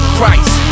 Christ